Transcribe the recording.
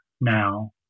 now